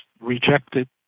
rejected